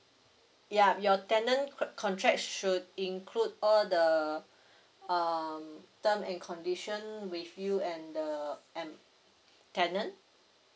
yup your tenant co~ contract should include all the um term and condition with you and the and tenant